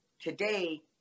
today